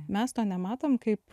mes to nematom kaip